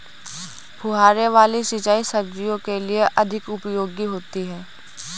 फुहारे वाली सिंचाई सब्जियों के लिए अधिक उपयोगी होती है?